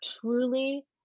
truly